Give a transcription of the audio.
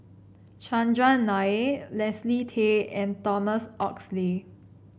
Chandran Nair Leslie Tay and Thomas Oxley